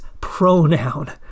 pronoun